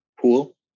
Pool